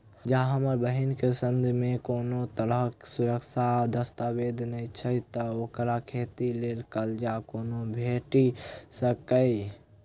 जँ हमरा बहीन केँ सङ्ग मेँ कोनो तरहक सुरक्षा आ दस्तावेज नै छै तऽ ओकरा खेती लेल करजा कोना भेटि सकैये?